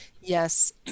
yes